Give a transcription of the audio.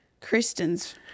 Kristen's